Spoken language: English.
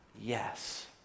yes